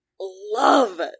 love